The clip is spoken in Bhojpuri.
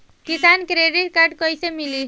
किसान क्रेडिट कार्ड कइसे मिली?